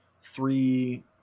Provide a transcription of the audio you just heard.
three